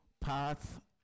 path